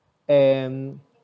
and